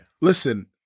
Listen